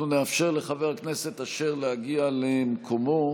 אנחנו נאפשר לחבר הכנסת אשר להגיע למקומו.